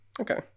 okay